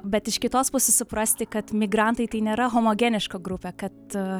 bet iš kitos pusės suprasti kad migrantai tai nėra homogeniška grupė kad